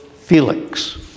Felix